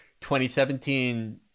2017